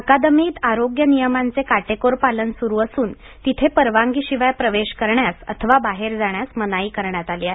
अकादमीत आरोग्य नियमांचे काटेकोर पालन सुरु असून तिथे परवानगी शिवाय प्रवेश करण्यास अथवा बाहेर जाण्यास मनाई करण्यात आली आहे